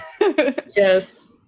Yes